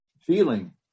feeling